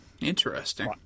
interesting